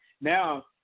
Now